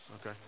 okay